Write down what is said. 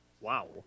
Wow